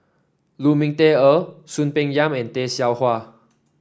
Lu Ming Teh Earl Soon Peng Yam and Tay Seow Huah